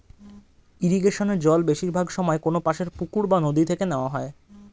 ইরিগেশনে জল বেশিরভাগ সময়ে কোনপাশের পুকুর বা নদি থেকে নেওয়া হয়